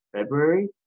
february